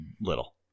little